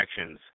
actions